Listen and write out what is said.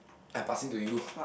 I passing to you